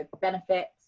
benefits